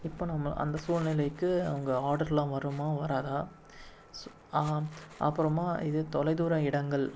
இப்போ நம்ம அந்த சூழ்நிலைக்கு அவங்க ஆர்டலாம் வருமா வராதா அப்புறமா இது தொலை தூர இடங்கள்